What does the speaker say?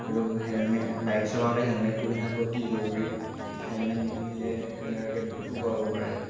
আৰু helmet bike চলাওঁতে হেলমেটটো পিন্ধাতো অতি জৰুৰী হেলমেট নিপিন্ধিলে কেনেবাকৈ দুখো পাব পাৰে